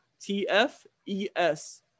T-F-E-S